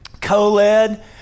co-led